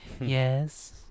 Yes